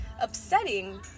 upsetting